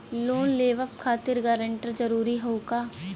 Loan लेवब खातिर guarantor जरूरी हाउ का?